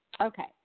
Okay